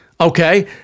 okay